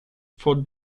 for